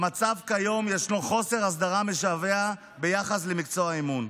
במצב כיום ישנו חוסר הסדרה משווע ביחס למקצוע האימון.